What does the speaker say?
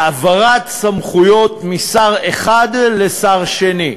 העברת סמכויות משר אחד לשר שני,